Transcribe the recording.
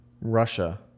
Russia